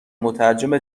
مترجم